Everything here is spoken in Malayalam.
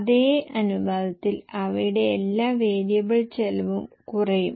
അതേ അനുപാതത്തിൽ അവയുടെ എല്ലാ വേരിയബിൾ ചെലവും കുറയും